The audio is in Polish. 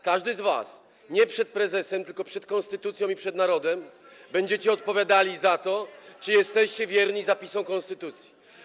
Każdy z was, nie przed prezesem, tylko przed konstytucją i przed narodem, będzie odpowiadał za to, czy jest wierny zapisom konstytucji.